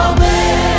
Amen